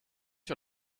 sur